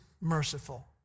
merciful